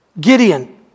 Gideon